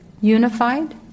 Unified